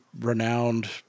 renowned